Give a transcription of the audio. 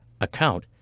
account